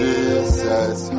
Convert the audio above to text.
Jesus